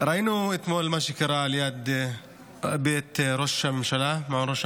ראינו אתמול מה קרה ליד בית ראש הממשלה,